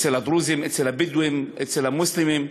אצל הדרוזים, אצל הבדואים, אצל המוסלמים,